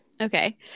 Okay